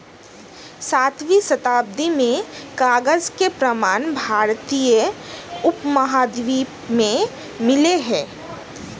सातवीं शताब्दी में कागज के प्रमाण भारतीय उपमहाद्वीप में मिले हैं